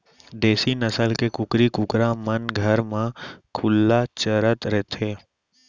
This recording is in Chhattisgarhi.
देसी नसल के कुकरी कुकरा मन घर म खुल्ला चरत रथें